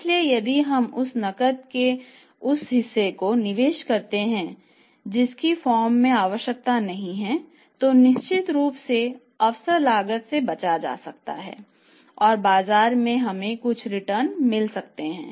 इसलिए यदि हम उस नकद के उस हिस्से को निवेश करते हैं जिसकी फर्म में आवश्यकता नहीं है तो निश्चित रूप से अवसर लागत से बचा जा सकता है और बाजार से हमें कुछ रिटर्न मिल सकते हैं